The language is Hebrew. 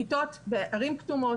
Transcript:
כיתות בערים כתומות,